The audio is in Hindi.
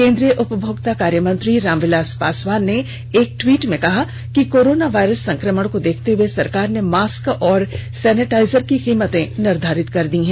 केन्द्रीय उपभोक्ता कार्य मंत्री रामविलास पासवान ने एक ट्वीट में कहा कि कोरोना वायरस संक्रमण को देखते हए सरकार ने मास्क और सैनिटाइजर की कीमतें निर्धारित कर दी है